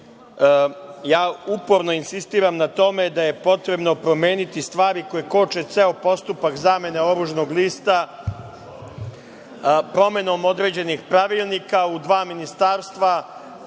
ja uporno insistiram na tome da je potrebno promeniti stvari koje koče ceo postupak zamene oružnog lista, promenom određenih pravilnika u dva ministarstva